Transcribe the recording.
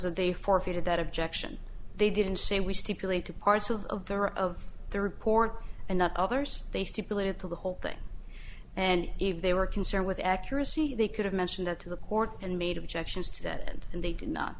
they forfeited that objection they didn't say we stipulate to parts of their of the report and not others they stipulated to the whole thing and if they were concerned with accuracy they could have mentioned it to the court and made objections to that and they did not